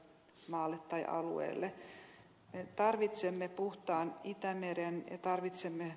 näringslivet har inte blivit konsulterat säger man